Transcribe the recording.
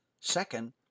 Second